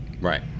Right